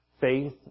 faith